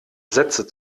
sätze